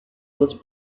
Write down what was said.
was